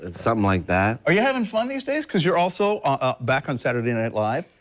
and something like that. are you having fun these days because you're also ah back on saturday nightlife.